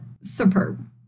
superb